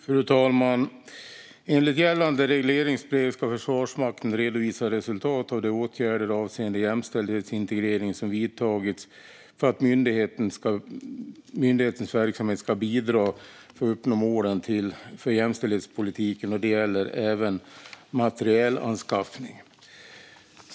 Fru talman! Enligt gällande regleringsbrev ska Försvarsmakten redovisa resultat av de åtgärder avseende jämställdhetsintegrering som vidtagits för att myndighetens verksamhet ska bidra till att uppnå målen för jämställdhetspolitiken, och det gäller även materielanskaffning.